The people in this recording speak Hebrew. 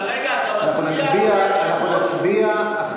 אבל רגע, אתה מצביע, אדוני היושב-ראש?